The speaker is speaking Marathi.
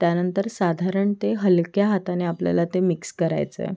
त्यानंतर साधारण ते हलक्या हाताने आपल्याला ते मिक्स करायचं आहे